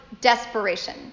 desperation